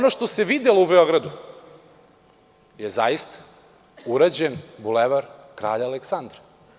Ono što se videlo u Beogradu je zaista urađen Bulevar Kralja Aleksandra.